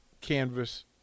canvas